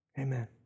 Amen